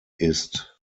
ist